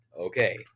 Okay